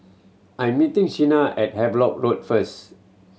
I'm meeting Shenna at Havelock Road first